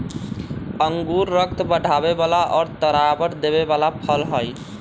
अंगूर रक्त बढ़ावे वाला और तरावट देवे वाला फल हई